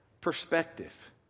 perspective